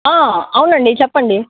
అవునండీ చెప్పండి